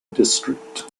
district